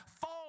fall